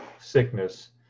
sickness